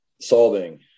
Solving